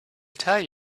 tell